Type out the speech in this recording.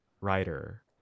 writer